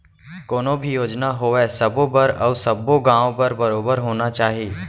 कोनो भी योजना होवय सबो बर अउ सब्बो गॉंव बर बरोबर होना चाही